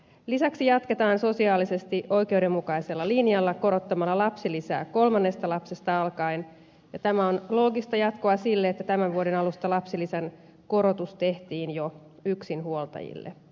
lisäksi jatketaan sosiaalisesti oikeudenmukaisella linjalla korottamalla lapsilisää kolmannesta lapsesta alkaen ja tämä on loogista jatkoa sille että tämän vuoden alusta lapsilisän korotus tehtiin jo yksinhuoltajille